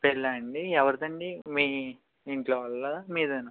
పెళ్ళా అండి ఎవరిదండి మీ ఇంట్లో వాళ్ళదా మీదేనా